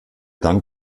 dann